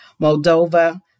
Moldova